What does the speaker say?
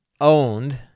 owned